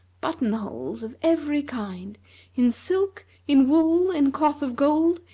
button-holes of every kind in silk, in wool, in cloth of gold,